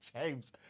James